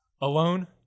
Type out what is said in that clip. Alone